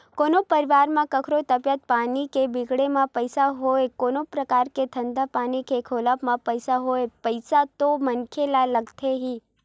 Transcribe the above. कोनो परवार म कखरो तबीयत पानी के बिगड़े म पइसा होय कोनो परकार के धंधा पानी के खोलब म पइसा होय पइसा तो मनखे ल लगथे ही